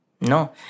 No